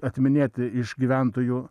atiminėti iš gyventojų